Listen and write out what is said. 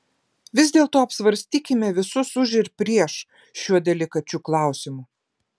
vis dėlto apsvarstykime visus už ir prieš šiuo delikačiu klausimu